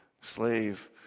slave